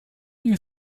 you